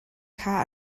kha